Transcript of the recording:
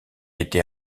été